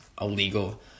illegal